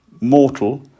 mortal